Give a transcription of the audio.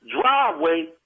driveway